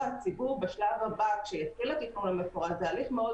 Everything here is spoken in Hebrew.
הציבור בשלב הבא כשיתחיל התכנון המפורט זה הליך מאוד